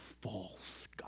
false